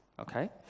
okay